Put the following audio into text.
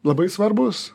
labai svarbūs